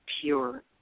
pure